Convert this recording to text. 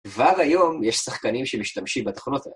ועל היום יש שחקנים שמשתמשים בתוכנות האלה.